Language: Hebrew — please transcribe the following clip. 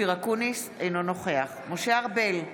אופיר אקוניס, אינו נוכח משה ארבל,